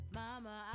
mama